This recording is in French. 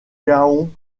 gaon